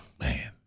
man